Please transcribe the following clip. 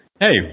Hey